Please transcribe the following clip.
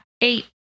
Eight